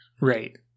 Right